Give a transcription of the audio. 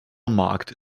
marked